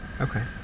Okay